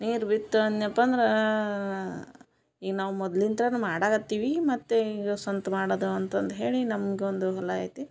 ನೀರು ಬಿತ್ತು ಅನ್ಯಪ್ಪ ಅಂದರಾ ಈಗ ನಾವು ಮೊದಲಿನ್ತಾನು ಮಾಡಗತಿವಿ ಮತ್ತು ಈಗ ಸ್ವಂತ ಮಾಡದು ಅಂತದ್ದು ಹೇಳಿ ನಮಗೊಂದು ಹೊಲ ಐತಿ